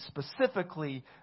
specifically